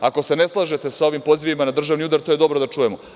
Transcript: Ako se ne slažete sa ovim pozivima na državni udar, to je dobro da čujemo.